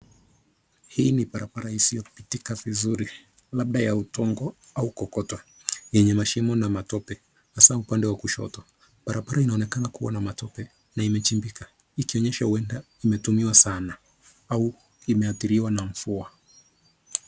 Hii ni barabara isiyopitika vizuri, labda ya udongo au kokoto yenye mashimo na matope, hasa upande wa kushoto. Barabara inaonekana kuwa na matope na imechimbika ikionyesha kuwa huenda imetumiwa sana au imeathiriwa na mvua.